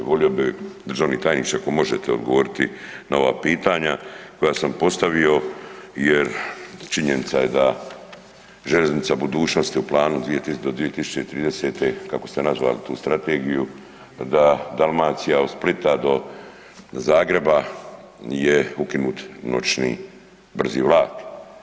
Volio bih državni tajniče ako možete odgovoriti na ova pitanja koja sam postavio jer činjenica je da željeznica u budućnosti u planu do 2030. kako ste nazvali tu strategiju da Dalmacija od Splita do Zagreba je ukinut noćni brzi vlak.